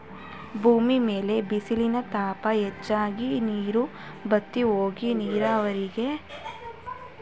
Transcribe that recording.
ಭೂಮಿ ಮೇಲೆ ಬಿಸಿಲಿನ ತಾಪ ಹೆಚ್ಚಾಗಿ, ನೀರು ಬತ್ತಿಹೋಗಿ, ನೀರಿಗೆ ಆಹಾಕಾರ ಉಂಟಾಗುವುದನ್ನು ಬರಗಾಲ ಅಂತರೆ